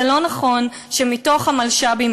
זה לא נכון שמתוך המלש"בים,